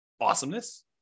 Awesomeness